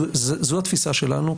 זו התפיסה שלנו,